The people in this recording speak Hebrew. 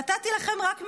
נתתי לכם רק מדגם,